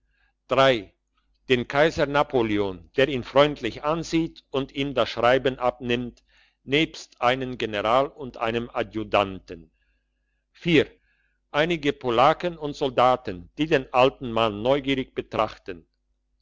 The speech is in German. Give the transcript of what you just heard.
den kaiser napoleon der ihn freundlich ansieht und ihm das schreiben abnimmt nebst einem general und einem adjutanten einige polacken und soldaten die den alten mann neugierig betrachten